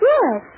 Yes